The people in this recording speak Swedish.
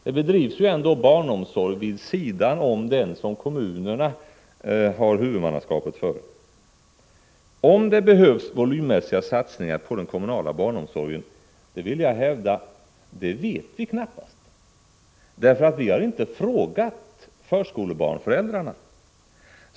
Det bedrivs ju ändå barnomsorg vid sidan av den som kommunerna har huvudmannaskapet för. Om det behövs volymmässiga satsningar på den kommunala barnomsorgen vet vi knappast, vill jag hävda; vi har inte frågat förskolebarnsföräldrarna.